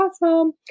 awesome